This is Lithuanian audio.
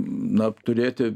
na turėti